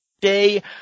day